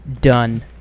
done